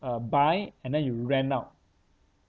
uh buy and then you rent out